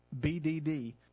BDD